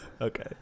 Okay